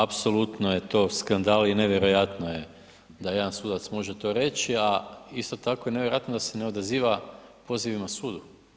Apsolutno je to skandal i nevjerojatno je da jedan sudac to može reći, a isto tako je nevjerojatno da se ne odaziva pozivima sudu.